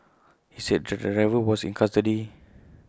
he said the driver was in custody